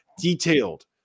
detailed